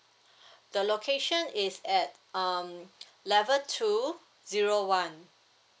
the location is at um level two zero one